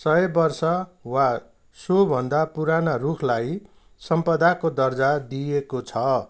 सय वर्ष वा सो भन्दा पुराना रुखलाई सम्पदाको दर्जा दिइएको छ